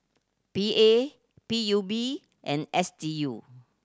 P A P U B and S D U